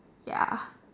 ya